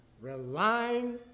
relying